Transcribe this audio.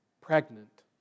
pregnant